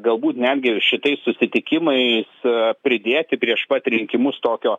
galbūt netgi šitais susitikimais pridėti prieš pat rinkimus tokio